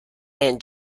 and